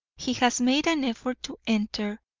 he has made an effort to enter,